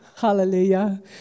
Hallelujah